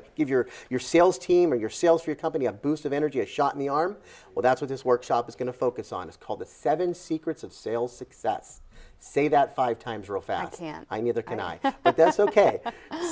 to give your your sales team or your sales your company a boost of energy a shot in the arm well that's what this workshop is going to focus on is called the seven secrets of sales success say that five times real facts can i neither can i but that's ok